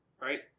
Right